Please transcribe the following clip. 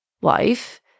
Wife